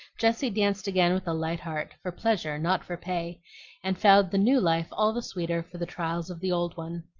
jessie danced again with a light heart for pleasure, not for pay and found the new life all the sweeter for the trials of the old one.